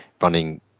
running